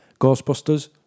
Ghostbusters